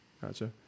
Gotcha